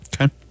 Okay